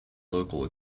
local